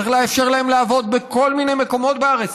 צריך לאפשר להם לעבוד בכל מיני מקומות בארץ.